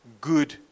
good